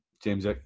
James